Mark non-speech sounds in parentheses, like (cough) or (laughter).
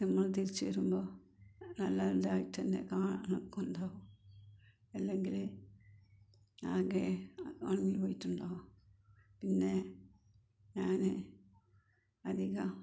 നമ്മൾ തിരിച്ച് വരുമ്പോൾ എല്ലാം ഇതായിട്ട് തന്നെ (unintelligible) അല്ലെങ്കിൽ ആകെ ഉണങ്ങിപ്പോയിട്ടുണ്ടാവും പിന്നെ ഞാൻ അധികം